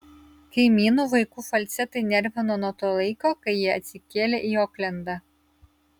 kaimynų vaikų falcetai nervino nuo to laiko kai jie atsikėlė į oklendą